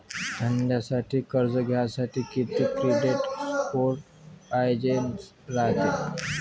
धंद्यासाठी कर्ज घ्यासाठी कितीक क्रेडिट स्कोर पायजेन रायते?